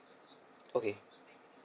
okay